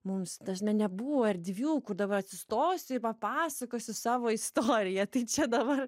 mums ta sme nebuvo erdvių kur dabar atsistosi i papasakosi savo istoriją tai čia dabar